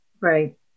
Right